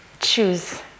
choose